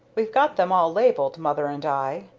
we've got them all labelled, mother and i.